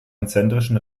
konzentrischen